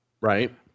Right